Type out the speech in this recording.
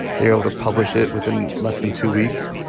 they're able to publish it within less than two weeks.